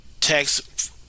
text